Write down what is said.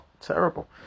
Terrible